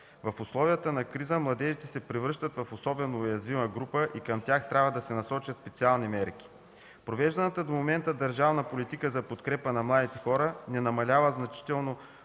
В условията на криза младежите се превръщат в особено уязвима група и към тях трябва да се насочат специални мерки. Провежданата до момента държавна политика за подкрепа на младите хора не намалява значително